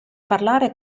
parlare